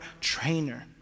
trainer